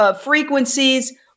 frequencies